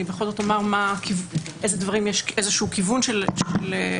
אני בכל זאת אומר באיזה דברים יש כיוון של עמדות.